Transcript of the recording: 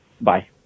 Bye